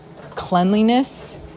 cleanliness